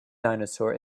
dinosaur